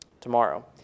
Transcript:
tomorrow